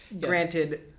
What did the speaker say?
Granted